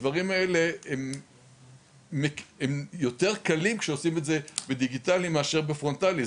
הדברים האלה הם יותר קלים כאשר עושים את זה בדיגיטלי מאפשר בפרונטלי.